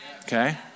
Okay